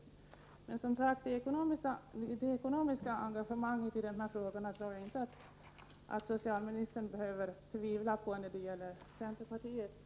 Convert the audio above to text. Men det ekonomiska engagemanget i dessa frågor tror jag inte att socialministern behöver tvivla på för centerpartiets del.